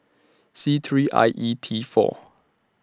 C three I E T four